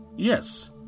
yes